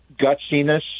gutsiness